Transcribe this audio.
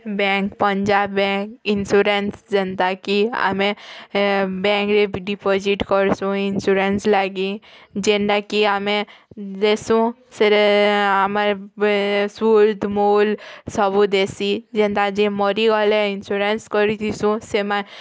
bank Punjab bank insurance ଯେନ୍ତା କି ଆମେ ହେ ବ୍ୟାଙ୍କରେ ଡ଼ିପୋଜିଟ୍ କରୁସୁଁ ଇନସୁରାନ୍ସ୍ ଲାଗି ଯେନ୍ତା କି ଆମେ ଦେସୁଁ ଫିର୍ ଆମର୍ ବି ଶୁଦ୍ଧ୍ ମୂଲ୍ ସବୁ ଦେସି ଯେନ୍ତା ଯେ ମରିଗଲେ ଇନସୁରାନ୍ସ୍ କରିଥିସୁଁ